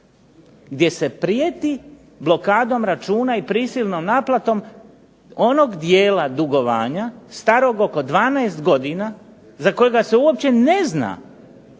gdje se prijeti blokadom računa i prisilnom naplatom onog dijela dugovanja starog oko 12 godina za kojega se uopće ne zna